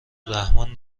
رحمان